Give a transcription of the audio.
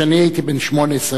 כשאני הייתי בן 18,